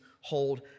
hold